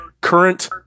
current